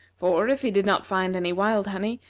for, if he did not find any wild honey,